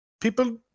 People